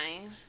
nice